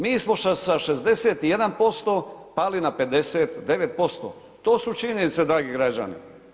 Mi smo sa 61% pali na 59% to su činjenice dragi građani.